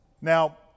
Now